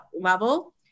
level